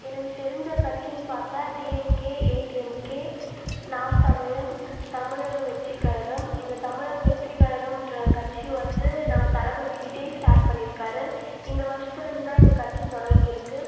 எனக்கு தெரிஞ்ச கட்சினு பார்த்தா டிஎம்கே ஏடிஎம்கே நாம் தமிழன் தமிழக வெற்றி கழகம் இந்த தமிழக வெற்றி கழகம்ன்ற கட்சி வந்து நம்ம தளபதி விஜய் ஸ்டாட் பண்ணியிருக்காரு இந்த வருஷத்துலேருந்துதான் இந்த கட்சி தொடங்கிருக்குது